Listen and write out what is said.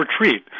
retreat